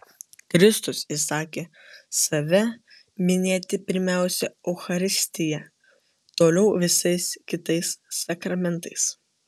kristus įsakė save minėti pirmiausia eucharistija toliau visais kitais sakramentais